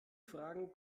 fragen